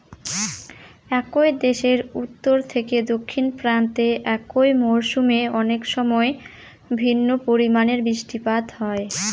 একই দেশের উত্তর থেকে দক্ষিণ প্রান্তে একই মরশুমে অনেকসময় ভিন্ন পরিমানের বৃষ্টিপাত হয়